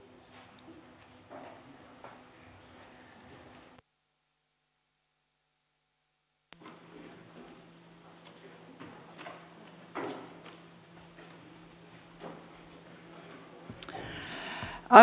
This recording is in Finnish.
arvoisa puhemies